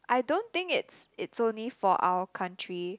I don't think it's it's only for our country